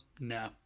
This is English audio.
No